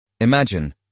Imagine